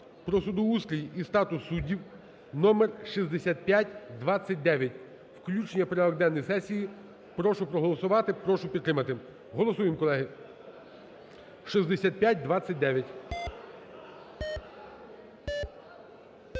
"Про судоустрій і статус суддів". Номер 6529, включення у порядок денний сесії. Прошу проголосувати, прошу підтримати. Голосуємо, колеги, 6529.